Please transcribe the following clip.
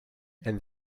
and